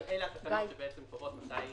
אבל אלה התקנות שקובעות מתי